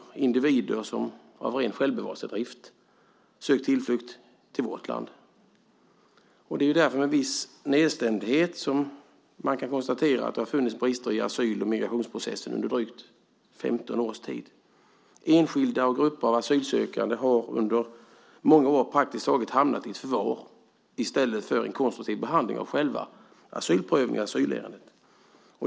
Det är individer som ofta av ren självbevarelsedrift sökt sin tillflykt till vårt land. Det är därför med viss nedstämdhet man kan konstatera att det har funnits brister i asyl och migrationsprocessen under drygt 15 års tid. Enskilda och grupper av asylsökande har under många år praktiskt taget hamnat i förvar i stället för att få en konstruktiv behandling av själva asylprövningen och asylärendet.